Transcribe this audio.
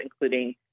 including